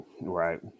Right